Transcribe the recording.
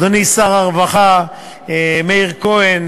אדוני שר הרווחה מאיר כהן,